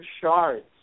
shards